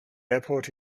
airport